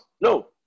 No